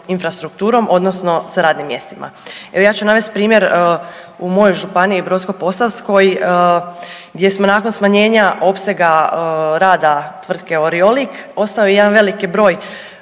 infrastrukturom odnosno sa radnim mjestima. Jer ja ću navesti primjer u mojoj županiji Brodsko-posavskoj gdje smo nakon smanjenja opsega rada tvrtke Oriolik ostao je jedan veliki broj